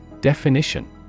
Definition